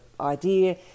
idea